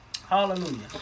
Hallelujah